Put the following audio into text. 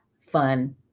Fun